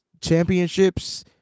championships